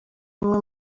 imwe